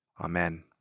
Amen